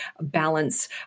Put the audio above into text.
balance